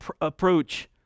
approach